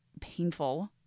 painful